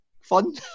fun